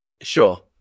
Sure